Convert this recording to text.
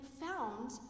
found